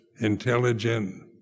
intelligent